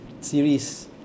series